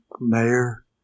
mayor